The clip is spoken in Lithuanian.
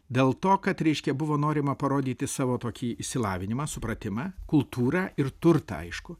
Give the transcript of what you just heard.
dėl to kad reiškia buvo norima parodyti savo tokį išsilavinimą supratimą kultūrą ir turtą aišku